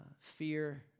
fear